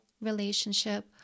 relationship